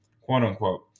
quote-unquote